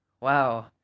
Wow